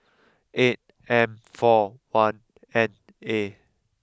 eight M four one N A